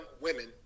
women